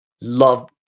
love